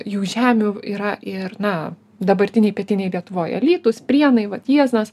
jų žemių yra ir na dabartinėj pietinėj lietuvoj alytus prienai vat jieznas